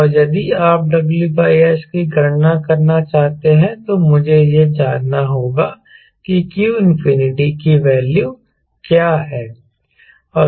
और यदि आप WS की गणना करना चाहते हैं तो मुझे यह जानना होगा कि q की वैल्यू क्या है